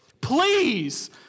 Please